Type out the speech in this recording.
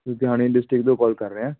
ਲੁਧਿਆਣੇ ਡਿਸਟ੍ਰਿਕਟ ਤੋਂ ਕੋਲ ਕਰ ਰਿਹਾ ਹਾਂ